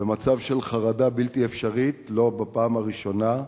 במצב של חרדה בלתי אפשרית לא בפעם הראשונה,